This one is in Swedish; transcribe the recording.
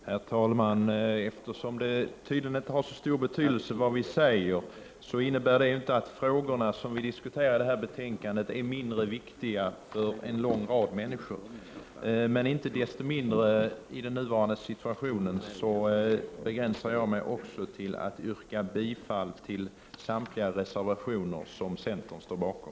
Herr talman! Att det tydligen inte har så stor betydelse vad vi säger innebär inte att de frågor som vi diskuterar i det här betänkandet är mindre viktiga för en lång rad människor. Inte desto mindre begränsar jag mig i nuvarande situation till att yrka bifall till samtliga reservationer som centern står bakom.